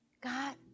God